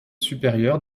supérieure